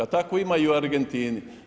Tako ima i u Argentini.